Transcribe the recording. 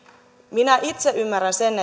minä itse ymmärrän sen